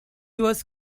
was